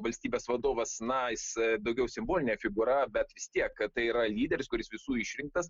valstybės vadovas na jis daugiau simbolinė figūra bet vis tiek tai yra lyderis kuris visų išrinktas